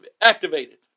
activated